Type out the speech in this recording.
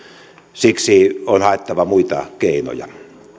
siksi on haettava muita keinoja